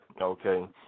Okay